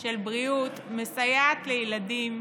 היא מסייעת לילדים,